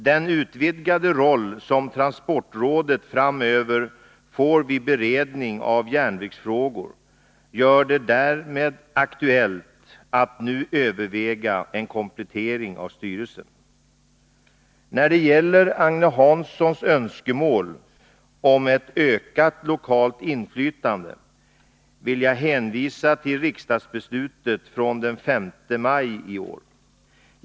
Den utvidgade roll som transportrådet framöver får vid beredning av järnvägsfrågor gör det därmed aktuellt att nu överväga en komplettering av styrelsen. När det gäller Agne Hanssons önskemål om ett ökat lokalt inflytande vill jag hänvisa till riksdagsbeslutet från den 5 maj i år.